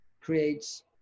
creates